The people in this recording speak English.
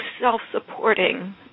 self-supporting